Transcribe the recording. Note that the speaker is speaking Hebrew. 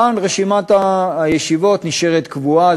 כאן רשימת הישיבות נשארת קבועה,